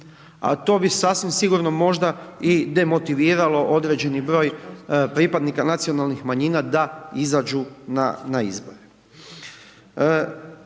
a to bi sasvim sigurno možda i demotiviralo određeni broj pripadnika nacionalnih pripadnika da izađu na izbore.